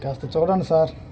కాస్త చూడండి సార్